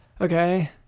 Okay